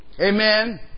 amen